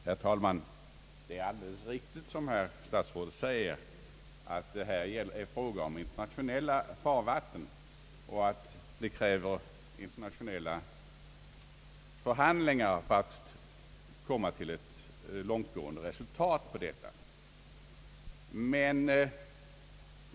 Herr talman! Det är alldeles riktigt som herr statsrådet säger att det här är fråga om internationella farvatten och att det krävs internationella förhandlingar för att nå ett tillfredsställande resultat på detta område.